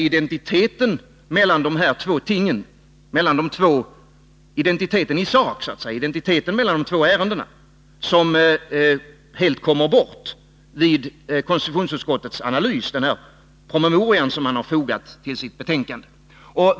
Identiteten i sak mellan de två ärendena kommer helt bort i konstitutionsutskottets analys, den promemoria som fogats till betänkandet.